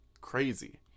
crazy